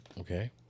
Okay